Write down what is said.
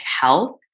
help